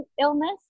illness